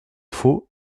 faut